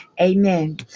amen